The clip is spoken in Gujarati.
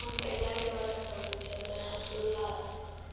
આમ કેટલાક એવા સ્થળો છે જ્યાં સૂર્યાસ્ત